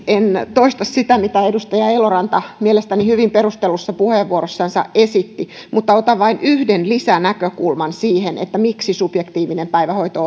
toista sitä mitä edustaja eloranta mielestäni hyvin perustellussa puheenvuorossansa esitti mutta otan vain yhden lisänäkökulman siihen miksi subjektiivinen päivähoito